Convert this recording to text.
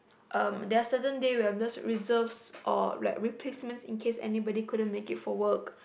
um there are certain day where I am just reserves or like replacements in case anybody couldn't make it for work